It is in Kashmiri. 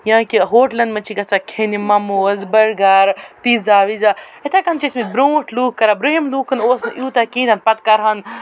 یا کہ ہوٹلَن منٛز چھِ گژھان کھیٚنہِ مَموز بٔرگَر پیٖزا ویٖزا اِتھٕے پٲٹھۍ چھِ ٲسِمٕتۍ برونٛٹھ لُکھ کران برہِم لوٗکَن اوس نہٕ یوٗتاہ کِہیٖنۍ نہٕ پتہٕ کَرٕہَن